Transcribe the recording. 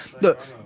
Look